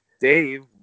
Dave